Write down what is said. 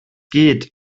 geht